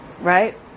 right